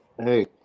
Hey